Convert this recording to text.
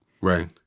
Right